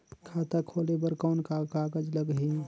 खाता खोले बर कौन का कागज लगही?